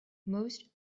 most